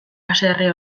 haserre